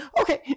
okay